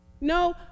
No